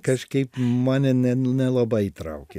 kažkaip mane ne nelabai traukė